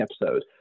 episode